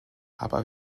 aber